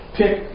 pick